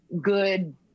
good